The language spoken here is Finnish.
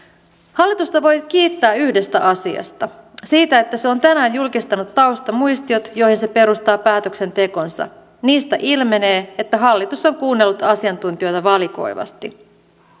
hallitusta voi kiittää yhdestä asiasta siitä että se on tänään julkistanut taustamuistiot joihin se perustaa päätöksentekonsa niistä ilmenee että hallitus on kuunnellut asiantuntijoita valikoivasti